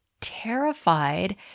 terrified